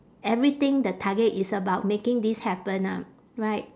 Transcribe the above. everything the target is about making this happen ah right